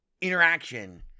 interaction